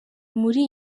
muri